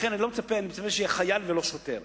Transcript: לכן אני מצפה שהוא יהיה חייל ולא שוטר.